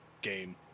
game